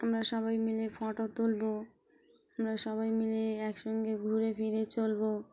আমরা সবাই মিলে ফটো তুলবো আমরা সবাই মিলে একসঙ্গে ঘুরে ফিরে চলবো